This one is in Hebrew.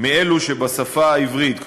מאלו שבשפה העברית.